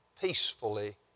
peacefully